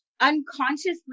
unconsciously